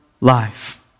life